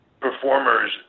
performers